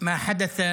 בתחילת